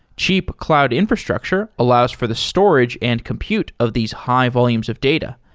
cheap cloud infrastructure allows for the storage and compute of these high volumes of data.